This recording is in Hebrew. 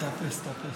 תאפס, תאפס.